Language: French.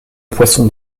poisson